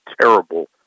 terrible